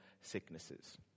sicknesses